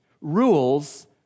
Rules